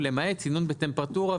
למעט צינון בטמפרטורה",